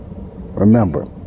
remember